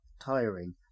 tiring